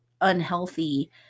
unhealthy